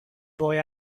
boy